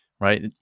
right